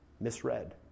misread